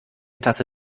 tasse